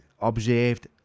observed